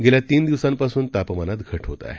गेल्या तीन दिवसांपासून तापमानात घट होत आहे